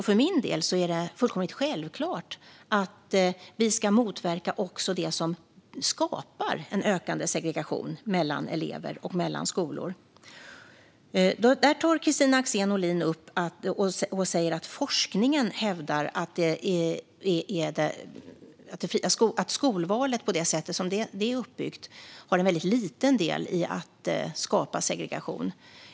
För min del är det fullkomligt självklart att vi ska motverka också det som skapar en ökande segregation mellan elever och mellan skolor. Kristina Axén Olin säger att forskningen hävdar att skolvalet, så som det är uppbyggt, har en väldigt liten del i att skapa segregation.